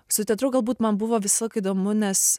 su teatru galbūt man buvo visą laiką įdomu nes